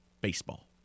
Baseball